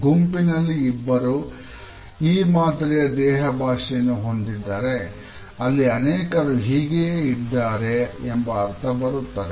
ಗುಂಪಿನಲ್ಲಿ ಇಬ್ಬರು ಈ ಮಾದರಿಯ ದೇಹಭಾಷೆಯನ್ನು ಹೊಂದಿದ್ದರೆ ಅಲ್ಲಿ ಅನೇಕರು ಹೀಗೆಯೇ ಇದ್ದಾರೆ ಎಂಬ ಅರ್ಥ ಬರುತ್ತದೆ